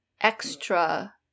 extra